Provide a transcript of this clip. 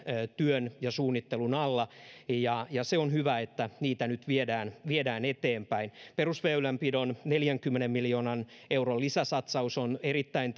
työn ja suunnittelun alla ja on hyvä että niitä nyt viedään viedään eteenpäin perusväylänpidon neljänkymmenen miljoonan euron lisäsatsaus on erittäin